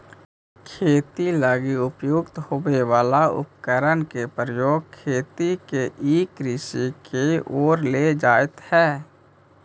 खेती लगी उपयुक्त होवे वाला उपकरण के प्रयोग खेती के ई कृषि के ओर ले जाइत हइ